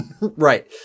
Right